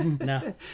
No